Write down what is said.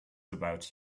about